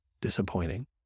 disappointing